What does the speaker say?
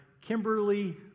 Kimberly